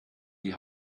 die